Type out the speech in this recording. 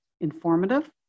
informative